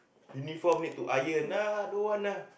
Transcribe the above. uniform need to iron ah don't want lah